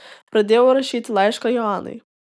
pradėjau rašyti laišką joanai